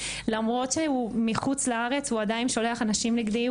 למרות שהוא בחוץ לארץ הוא עדיין שולח אנשים נגדי,